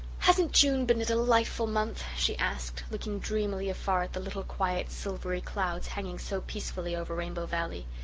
hasn't june been a delightful month? she asked, looking dreamily afar at the little quiet silvery clouds hanging so peacefully over rainbow valley.